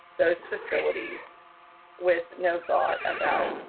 those facilities with no thought about,